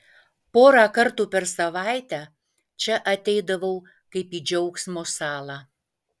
porą kartų per savaitę čia ateidavau kaip į džiaugsmo salą